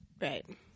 right